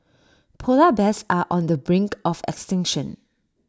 Polar Bears are on the brink of extinction